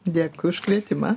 dėkui už kvietimą